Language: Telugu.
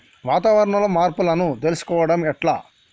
వాతావరణంలో మార్పులను తెలుసుకోవడం ఎట్ల?